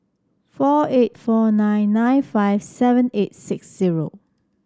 four eight four nine nine five seven eight six zero